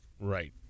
Right